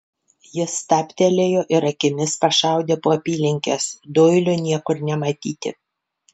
jis stabtelėjo ir akimis pašaudė po apylinkes doilio niekur nematyti